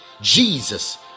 jesus